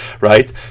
Right